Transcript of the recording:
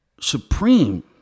supreme